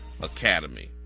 Academy